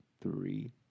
three